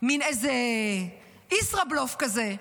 איזה מין ישראבלוף כזה,